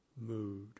Mood